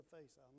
face